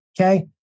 Okay